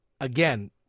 again